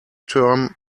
term